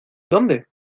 dónde